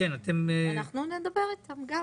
אנחנו נדבר איתם גם.